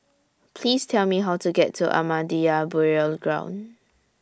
Please Tell Me How to get to Ahmadiyya Burial Ground